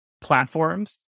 platforms